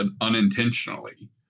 unintentionally